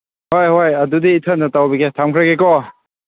ꯍꯣꯏ ꯍꯣꯏ ꯑꯗꯨꯗꯤ ꯏꯊꯟꯗ ꯇꯧꯕꯤꯒꯦ ꯊꯝꯈ꯭ꯔꯒꯦ ꯀꯣ